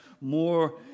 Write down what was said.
more